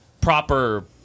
proper